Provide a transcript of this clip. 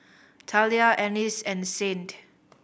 Talia Ennis and Saint